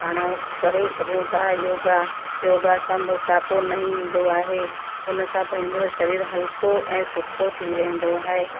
पाण करे सघूं था योगा योगा सां मोटापो न ईंदो आहे उन सां पंहिंजो शरीर हल्को ऐं सुठो थी वेंदो आहे